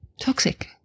Toxic